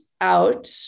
out